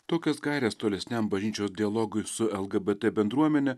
tokias gaires tolesniam bažnyčios dialogui su lgbt bendruomene